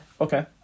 Okay